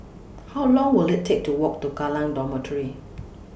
How Long Will IT Take to Walk to Kallang Dormitory